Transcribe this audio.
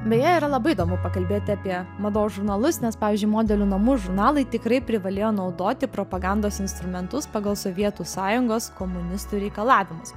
beje yra labai įdomu pakalbėti apie mados žurnalus nes pavyzdžiui modelių namų žurnalai tikrai privalėjo naudoti propagandos instrumentus pagal sovietų sąjungos komunistų reikalavimus